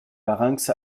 larynx